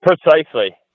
precisely